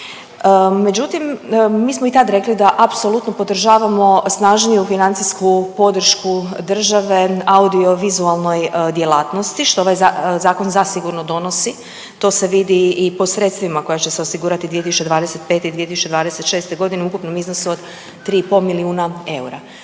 Međutim, mi smo o tad rekli da apsolutno podržavamo snažniju financijsku podršku države audio vizualnoj djelatnosti što ovaj zakon zasigurno donosi. To se vidi i po sredstvima koja će se osigurati 2025. i 2026. godine u ukupnom iznosu od 3 i pol milijuna eura.